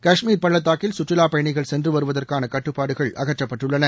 கஷ்மீர் பள்ளத்தாக்கில் கற்றுலா பயணிகள் சென்று வருவதற்கான கட்டுப்பாடுகள் அகற்றப்பட்டுள்ளன